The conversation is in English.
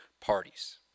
parties